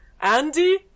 Andy